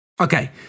Okay